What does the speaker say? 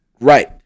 Right